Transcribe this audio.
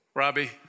Robbie